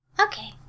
Okay